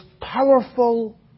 powerful